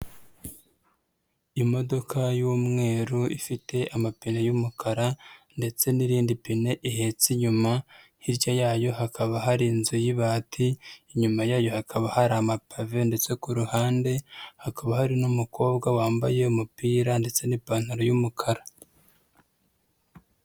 Imodoka y'umweru ifite amapine y'umukara ndetse n'irindi pine ihetse inyuma, hirya yayo hakaba hari inzu y'ibati, inyuma yayo hakaba hari amapave ndetse ku ruhande hakaba hari n'umukobwa wambaye umupira ndetse n'ipantaro y'umukara.